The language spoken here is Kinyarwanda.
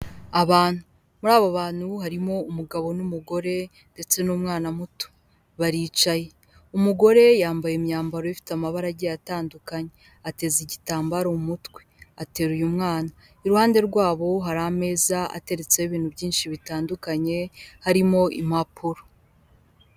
Muri abo bantu harimo umugabo n'umugore ndetse n'umwana muto baricaye. Umugore yambaye imyambaro ifite amabara agiye atandukanye, ateza igitambaro mu mutwe, ateruye umwana, iruhande rwabo hari ameza ateretse ibintu byinshi bitandukanye harimo impapuro.